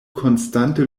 konstante